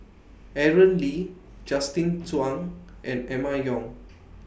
Aaron Lee Justin Zhuang and Emma Yong